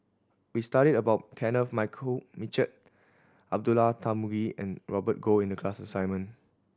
we studied about Kenneth Mitchell Abdullah Tarmugi and Robert Goh in the class assignment